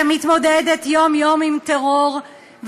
שמתמודדת יום-יום עם טרור,